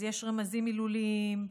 אז יש רמזים מילוליים,